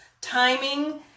timing